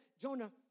Jonah